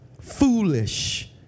foolish